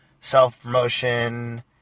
self-promotion